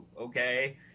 okay